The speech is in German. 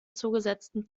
zugesetzten